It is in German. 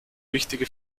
wichtige